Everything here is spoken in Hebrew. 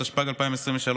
התשפ"ג 2023,